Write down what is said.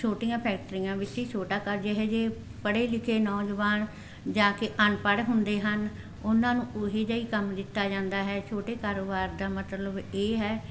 ਛੋਟੀਆਂ ਫੈਕਟਰੀਆਂ ਵਿੱਚ ਹੀ ਛੋਟਾ ਕਰ ਜਿਹੇ ਜਹੇ ਪੜ੍ਹੇ ਲਿਖੇ ਨੌਜਵਾਨ ਜਾ ਕੇ ਅਨਪੜ ਹੁੰਦੇ ਹਨ ਉਹਨਾਂ ਨੂੰ ਉਹੋ ਜਿਹਾ ਹੀ ਕੰਮ ਦਿੱਤਾ ਜਾਂਦਾ ਹੈ ਛੋਟੇ ਕਾਰੋਬਾਰ ਦਾ ਮਤਲਬ ਇਹ ਹੈ